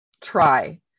try